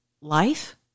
life